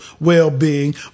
well-being